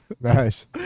Nice